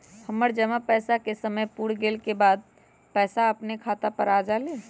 हमर जमा पैसा के समय पुर गेल के बाद पैसा अपने खाता पर आ जाले?